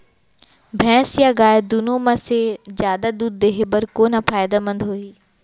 भैंस या गाय दुनो म से जादा दूध देहे बर कोन ह फायदामंद होही?